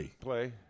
play